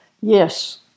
Yes